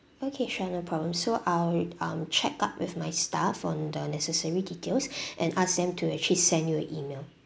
okay sure no problem so I'll um check up with my staff on the necessary details and ask them to actually send you an email